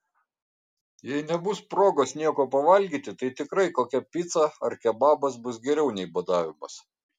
jei nebus progos nieko pavalgyti tai tikrai kokia pica ar kebabas bus geriau nei badavimas